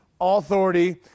authority